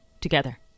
together